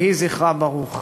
יהי זכרה ברוך.